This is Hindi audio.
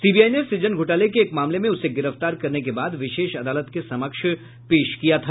सीबीआई ने सुजन घोटाले के एक मामले में उसे गिरफ्तार करने के बाद विशेष अदालत के समक्ष पेश किया था